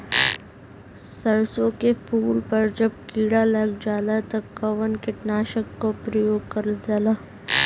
सरसो के फूल पर जब किड़ा लग जाला त कवन कीटनाशक क प्रयोग करल जाला?